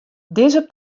dizze